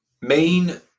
main